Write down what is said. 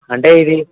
అంటే ఇది